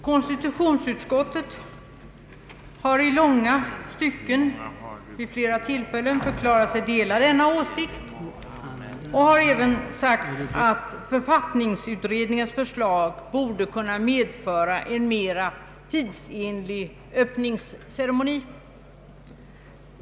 Konstitutionsutskottet har i långa stycken, också vid flera tillfällen, förklarat sig dela denna åsikt och har även sagt att författningsutredningens = förslag borde kunna medföra en mer tidsenlig öppningsceremoni.